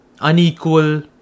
unequal